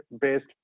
based